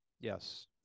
Yes